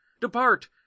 Depart